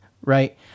Right